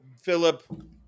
Philip